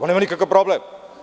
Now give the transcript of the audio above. Nije nikakav problem.